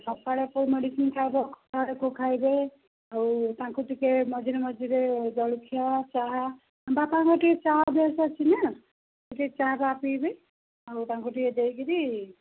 ସକାଳେ କେଉଁ ମେଡ଼ିସିନ୍ ଖାଇବ ଖାଇବେ ଆଉ ତାଙ୍କୁ ଟିକେ ମଝିରେ ମଝିରେ ଜଳଖିଆ ଚାହା ଥଣ୍ଡା ପାଗ ଟିକେ ଚାହା ଅଭ୍ୟାସ ଅଛି ନା ସେ ଚାହା ଫାହା ପିଇବେ ଆଉ ତାଙ୍କୁ ଟିକେ ଦେଇକରି